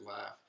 laugh